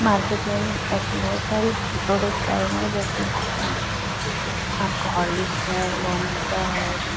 market में बहुत सारे ऐसे प्रोडक्ट आये हुए हैं जैसे आपका हॉर्लिक्स है बोर्नवीटा है